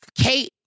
Kate